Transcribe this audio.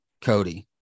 Cody